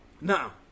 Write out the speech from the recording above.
Now